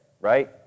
right